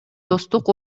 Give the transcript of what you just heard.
достук